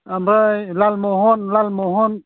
ओमफ्राय लालमहन लालमहन